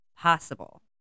possible